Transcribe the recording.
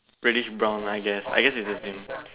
reddish brown lah I guess I guess it's the same thing